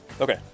Okay